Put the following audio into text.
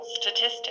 statistics